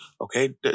okay